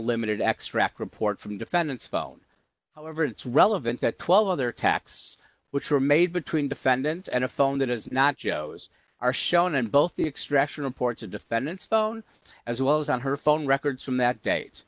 limited extract report from defendant's phone however it's relevant that twelve other attacks which were made between defendant and a phone that is not joe's are shown in both the extraction reports of defendants phone as well as on her phone records from that date